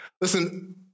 Listen